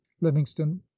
livingston